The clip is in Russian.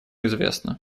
известна